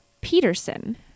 Peterson